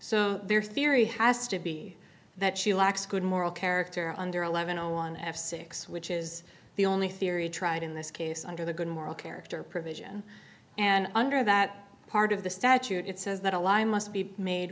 so their theory has to be that she lacks good moral character under eleven zero one f six which is the only theory tried in this case under the good moral character provision and under that part of the statute it says that a lie must be made